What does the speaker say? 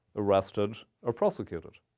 arrested, or prosecuted.